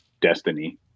destiny